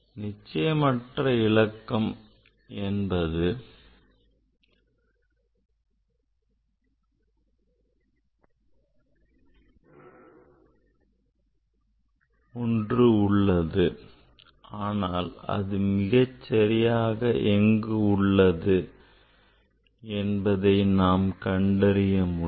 நிச்சயமற்ற இலக்கம் உள்ளது ஆனால் அது மிகச்சரியாக எங்கு உள்ளது என்பதை நாம் அறிய முடியும்